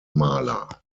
maler